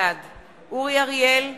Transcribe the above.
בעד אורי אריאל,